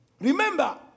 Remember